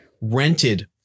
rented